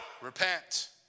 repent